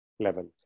level